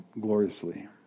gloriously